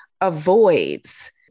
avoids